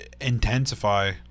intensify